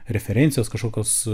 referencijos kažkokios